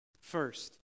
First